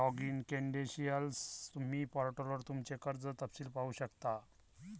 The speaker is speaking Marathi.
लॉगिन क्रेडेंशियलसह, तुम्ही पोर्टलवर तुमचे कर्ज तपशील पाहू शकता